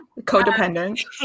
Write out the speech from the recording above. Codependent